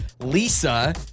Lisa